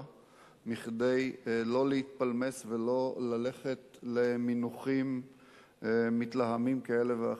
מכדי להתפלמס וללכת למינוחים מתלהמים כאלה ואחרים.